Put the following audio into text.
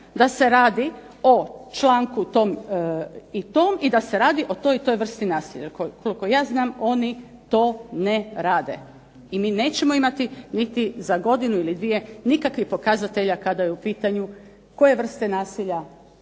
da se radi o članku o tom i tom i da se radi o toj i toj vrsti nasilja. Koliko ja znam oni to ne rade i mi nećemo imati niti za godinu ili dvije nikakvih pokazatelja kada je u pitanju koje vrste nasilja